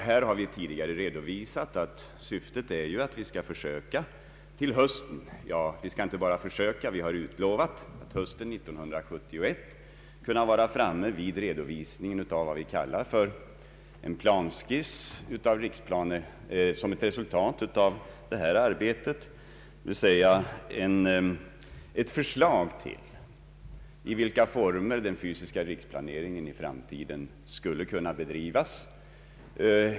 Som vi tidigare meddelat är syftet att vi till hösten 1971 skall vara framme vid en redovisning av vad vi kallar en planskiss, som ett resultat av det här arbetet, dvs. ett förslag om i vilka former den fysiska riksplaneringen i framtiden skulle kunna bedrivas.